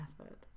effort